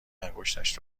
انگشتش